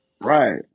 Right